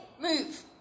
move